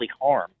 harm